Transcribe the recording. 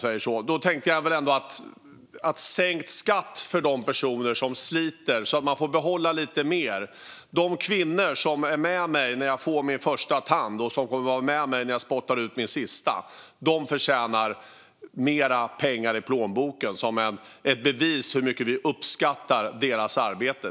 Jag tänker ändå att sänkt skatt gör att de personer som sliter får behålla lite mer. De kvinnor som är med mig när jag får min första tand och som kommer att vara med mig när jag spottar ut min sista förtjänar mer pengar i plånboken, som ett bevis på hur mycket vi uppskattar deras arbete.